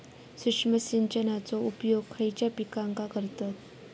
सूक्ष्म सिंचनाचो उपयोग खयच्या पिकांका करतत?